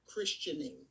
Christianing